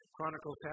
Chronicles